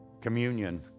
communion